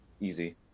easy